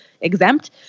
exempt